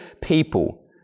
people